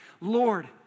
Lord